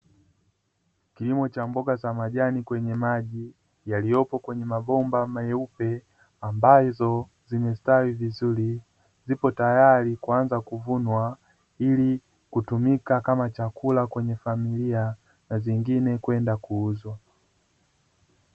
Kilimo cha mboga za majani kwenye maji yaliyopo kwenye mabomba meupe, ambazo zimestawi vizuri ipo tayari kuanza kuvunwa ili kutumika kama chakula kwenye familia, na nyingine kwenda kuuzwa.